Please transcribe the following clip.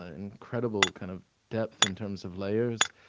ah incredible kind of depth in terms of layers.